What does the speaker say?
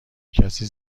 کسی